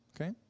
okay